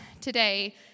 today